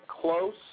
close